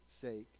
sake